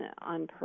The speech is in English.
on